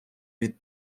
від